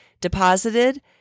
deposited